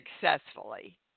successfully